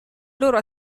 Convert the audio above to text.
loro